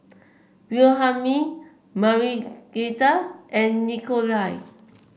Wilhelmine Marietta and Nikolai